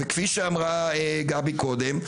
וכפי שאמרה גבי קודם,